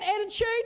attitude